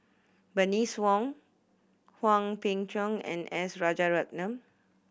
Bernice Wong Hwang Peng Yuan and S Rajaratnam